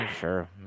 sure